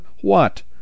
what